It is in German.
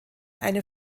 eine